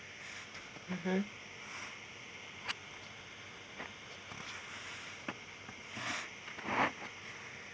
mmhmm